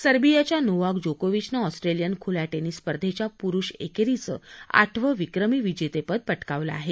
सर्बियाच्या नोव्हाक जोकोविचनं ऑस्ट्रेलियन खुल्या टेनिस स्पर्धेच्या पुरुष एकेरीचं आठवं विक्रमी विजेतेपद पटकावलं आहे